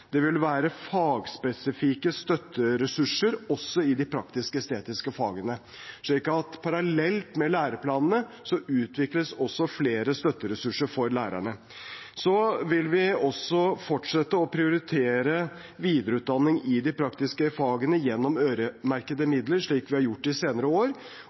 Det vil være fagspesifikke støtteressurser også i de praktisk-estetiske fagene, slik at det parallelt med læreplanene utvikles flere støtteressurser for lærerne. Vi vil fortsette å prioritere videreutdanning i de praktiske fagene gjennom øremerkede midler, slik vi har gjort de senere år.